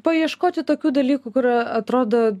paieškoti tokių dalykų kur atrodo